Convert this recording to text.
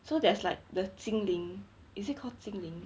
so there's like the 精灵 is it called 精灵